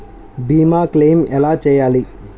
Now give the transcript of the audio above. భీమ క్లెయిం ఎలా చేయాలి?